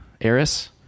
Eris